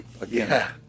again